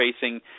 facing